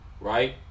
right